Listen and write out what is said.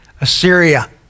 Assyria